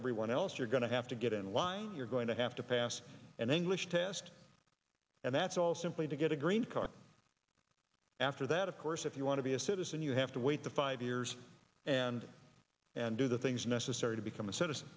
everyone else you're going to have to get in line you're going to have to pass and then blish test and that's all simply to get a green card after that of course if you want to be a citizen you have to wait the five years and and do the things necessary to become a citizen